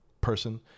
person